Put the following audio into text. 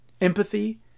Empathy